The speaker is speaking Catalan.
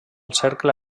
cercle